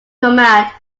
command